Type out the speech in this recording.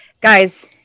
guys